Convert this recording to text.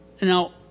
Now